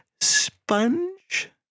sponge